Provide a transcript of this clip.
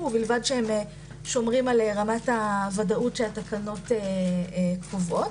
ובלבד שהם שומרים על רמת הוודאות שהתקנות קובעות.